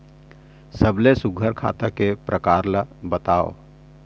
सबले सुघ्घर खाता के प्रकार ला बताव?